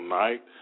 night